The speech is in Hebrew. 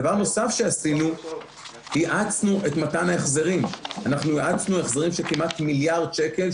דבר נוסף שעשינו האצנו את מתן ההחזרים של כמעט מיליארד שקלים,